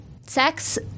sex